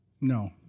No